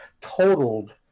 totaled